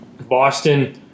Boston